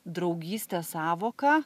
draugystės sąvoką